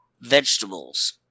vegetables